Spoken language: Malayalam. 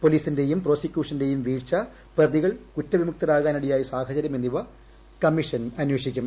പോലീസിന്റെയും പ്രോസിക്യൂഷന്റെയും വീഴ്ച പ്രതികൾ കുറ്റവിമുക്തരാകാനിടയായ സാഹചരൃം എന്നിവ കമ്മീഷൻ അന്വേഷിക്കും